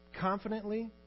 confidently